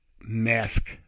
mask